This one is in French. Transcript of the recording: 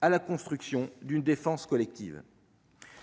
à la construction d'une défense collective,